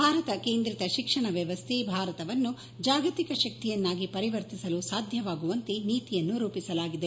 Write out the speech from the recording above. ಭಾರತ ಕೇಂದ್ರಿತ ಶಿಕ್ಷಣ ವ್ಯವಸ್ತೆ ಭಾರತವನ್ನು ಜಾಗತಿಕ ಶಕ್ತಿಯನ್ನಾಗಿ ಪರಿವರ್ತಿಸಲು ಸಾಧ್ಯವಾಗುವಂತೆ ನೀತಿಯನ್ನು ರೂಪಿಸಲಾಗಿದೆ